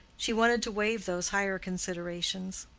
she wanted to waive those higher considerations.